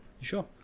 Sure